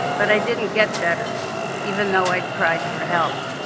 but i didn't get better even though i'd cried for help.